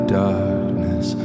darkness